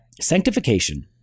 Sanctification